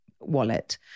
wallet